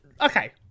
Okay